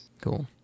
Cool